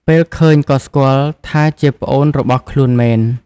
ពេលឃើញក៏ស្គាល់ថាជាប្អូនរបស់ខ្លួនមែន។